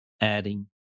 adding